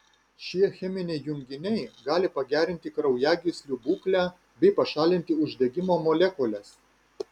šie cheminiai junginiai gali pagerinti kraujagyslių būklę bei pašalinti uždegimo molekules